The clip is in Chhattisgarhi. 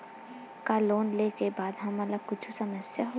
का लोन ले के बाद हमन ला कुछु समस्या होही?